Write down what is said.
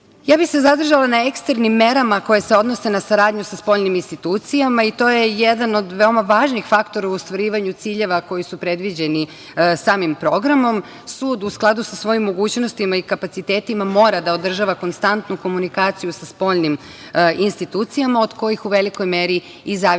bih se na eksternim merama koje se odnose na saradnju sa spoljnim institucijama i to je jedan od veoma važnih faktora u ostvarivanju ciljeva koji su predviđeni samim programom. Sud u skladu sa svojim mogućnostima i kapacitetima mora da održava konstantnu komunikaciju sa spoljnim institucijama od kojih u velikoj meri i zavisi